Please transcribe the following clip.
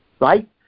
Right